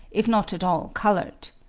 if not at all coloured.